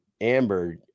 Amber